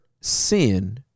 sin